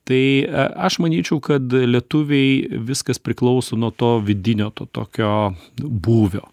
tai aš manyčiau kad lietuviai viskas priklauso nuo to vidinio to tokio būvio